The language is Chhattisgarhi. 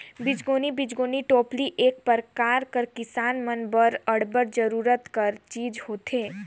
बीजगोनी बीजगोनी टोपली एक परकार कर किसान मन बर अब्बड़ जरूरत कर चीज होथे